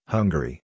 Hungary